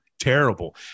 terrible